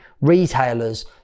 retailers